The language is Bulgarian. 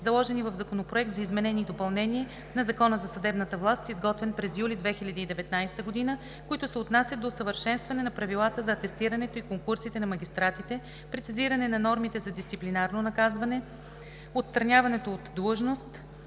заложени в Законопроекта за изменение и допълнение на Закона за съдебната власт, изготвен през юли 2019 г., които се отнасят до усъвършенстване на правилата за атестирането и конкурсите на магистратите, прецизиране на нормите за дисциплинарно наказване, отстраняването от длъжност,